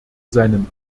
seinem